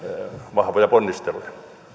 vahvoja ponnisteluja